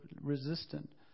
resistant